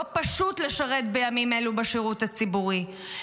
לא פשוט לשרת בימים אלה בשירות הציבורי,